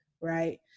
right